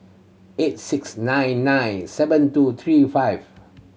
eight six nine nine seven two three five